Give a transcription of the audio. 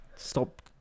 Stop